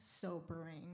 sobering